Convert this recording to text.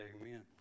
Amen